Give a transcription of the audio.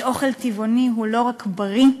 שאוכל טבעוני הוא לא רק בריא,